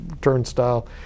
turnstile